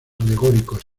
alegóricos